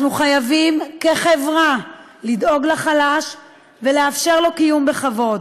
אנחנו חייבים כחברה לדאוג לחלש ולאפשר לו קיום בכבוד,